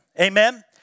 Amen